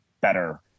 better